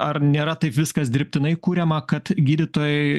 ar nėra taip viskas dirbtinai kuriama kad gydytojai